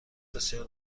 بسیار